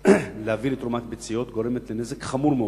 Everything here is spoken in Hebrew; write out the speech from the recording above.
להביא לתרומת ביציות גורמת לנזק חמור מאוד,